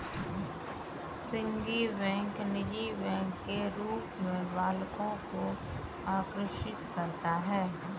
piggy bank निजी bank के रूप में बालकों को आकर्षित करता है